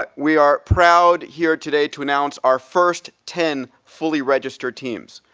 but we are proud here today to announce our first ten fully registered teams,